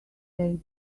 take